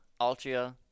Altria